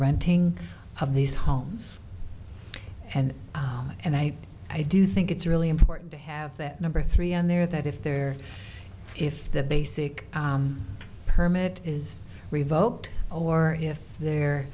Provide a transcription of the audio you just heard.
renting of these homes and and i i do think it's really important to have that number three on there that if they're if the basic permit is revoked or if they're